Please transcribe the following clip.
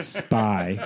spy